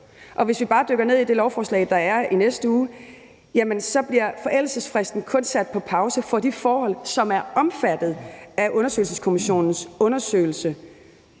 Hvis vi bare dykker ned i det lovforslag, der er i næste uge, bliver forældelsesfristen kun sat på pause for de forhold, som er omfattet af undersøgelseskommissionens undersøgelse